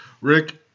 Rick